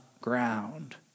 ground